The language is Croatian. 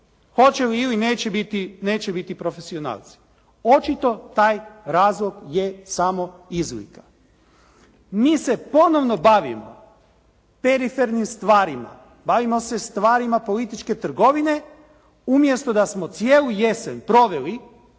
hoće li ili neće biti profesionalci. Očito taj razlog je samo izlika. Mi se ponovno bavimo perifernim stvarima, bavimo se stvarima političke trgovine umjesto da smo cijelu jesen proveli